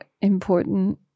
important